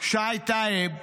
שי טייב,